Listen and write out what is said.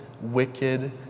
wicked